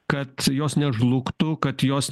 kad jos nežlugtų kad jos